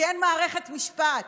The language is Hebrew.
כי אין מערכת משפט.